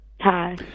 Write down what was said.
Hi